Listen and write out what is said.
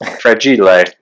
Fragile